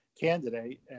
candidate